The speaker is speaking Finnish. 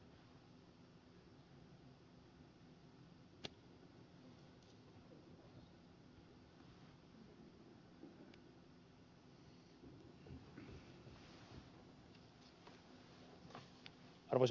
arvoisa puhemies